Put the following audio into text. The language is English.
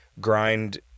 grind